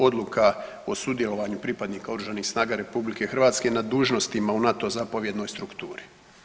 Odluka o sudjelovanju pripadnika oružanih snaga RH je na dužnostima u NATO zapovjednoj strukturi.